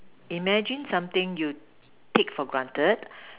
imagine something you take for granted